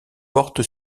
porte